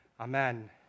Amen